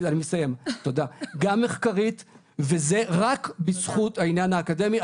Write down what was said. גם מחקרית וזה רק בזכות העניין האקדמי.